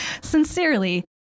Sincerely